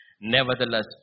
Nevertheless